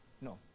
No